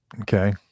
okay